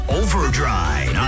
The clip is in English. overdrive